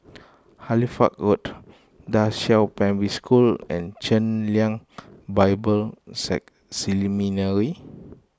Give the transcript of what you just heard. Halifax Road Da Qiao Primary School and Chen Lien Bible Seminary